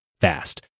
fast